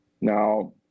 now